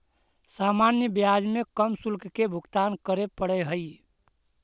सामान्य ब्याज में कम शुल्क के भुगतान करे पड़ऽ हई